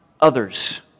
others